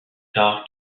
tard